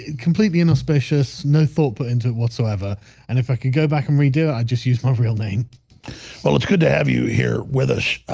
completely an auspicious no thought put into whatsoever and if i could go back and read it i just used my real name well, it's good to have you here with us.